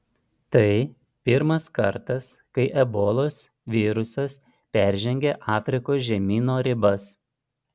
tai pirmas kartas kai ebolos virusas peržengė afrikos žemyno ribas